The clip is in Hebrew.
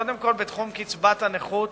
קודם כול, בתחום קצבת הנכות,